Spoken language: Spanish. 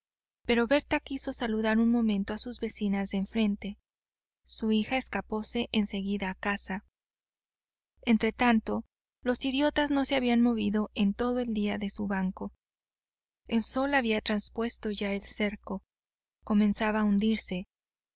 pero berta quiso saludar un momento a sus vecinas de enfrente su hija escapóse en seguida a casa entretanto los idiotas no se habían movido en todo el día de su banco el sol había transpuesto ya el cerco comenzaba a hundirse